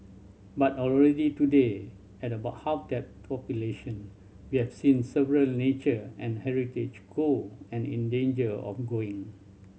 but already today at about half that population we have seen several nature and heritage go and in danger of going